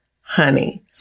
honey